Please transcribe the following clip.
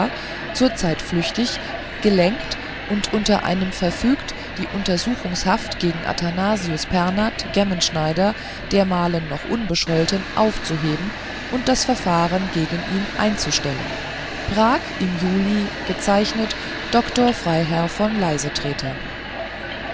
kwßnitschka zurzeit flüchtig gelenkt und unter einem verfügt die untersuchungshaft gegen athanasius pernath gemmenschneider dermalen noch unbescholten aufzuheben und das verfahren gegen ihn einzustellen prag im juli gezeichnet dr freiherr von